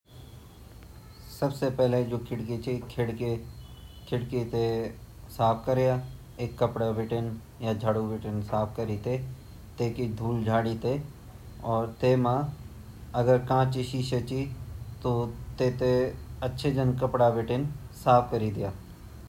पहले हम खिडकीते झाड़ ल्योला मिटटी झांड़ के कपडे बुदीन अर कपडा से झाड़ीते हमुन एक गीलू कपडा ल्योनड अर गीला कपडाते हमुन अच्छा तरह से साफ़ कन अगर कांचे ची ता थोड़ा अखबारे बुदीन साफ़ कर दया अर अगर कंचे नी ची ता कपडे या गीला कपडे बुदीन साफ़ कन अर उ चमक जान बोहोत सुन्दर चमक जान।